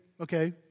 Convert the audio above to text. okay